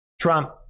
Trump